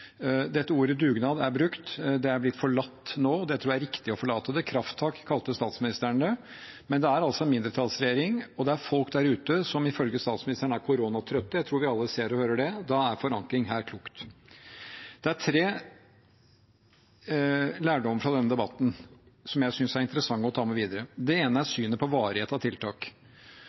Ordet «dugnad» er brukt. Det er blitt forlatt nå, og jeg tror det er riktig å forlate det. «Krafttak» kalte statsministeren det. Men det er altså en mindretallsregjering, og det er folk der ute som ifølge statsministeren er koronatrøtte. Jeg tror vi alle ser og hører det. Da er forankring her klokt. Det er tre lærdommer fra denne debatten som jeg synes det er interessant å ta med videre. Det ene er synet på varigheten av tiltak.